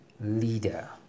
leader